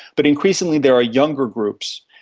but increasingly there are younger groups,